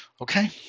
okay